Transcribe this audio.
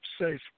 safe